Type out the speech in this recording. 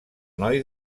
noi